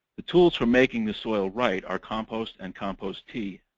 the tools for making the soils right are compost and compost tea,